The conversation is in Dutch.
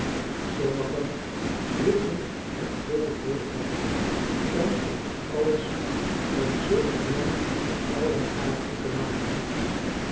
sommigen hielden er dolveel van om van dit alles een zoogenaamd allegaartje te maken